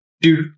Dude